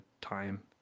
time